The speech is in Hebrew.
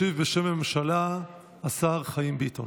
ישיב בשם הממשלה השר חיים ביטון.